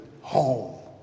home